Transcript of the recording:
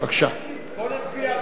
בוא נצביע.